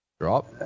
Drop